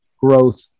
growth